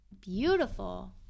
beautiful